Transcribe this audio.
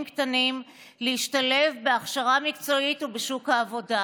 קטנים להשתלב בהכשרה מקצועית ובשוק העבודה.